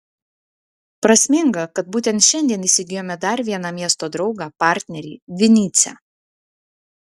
prasminga kad būtent šiandien įsigijome dar vieną miesto draugą partnerį vinycią